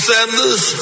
Sanders